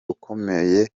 ukomeye